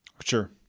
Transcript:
Sure